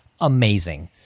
amazing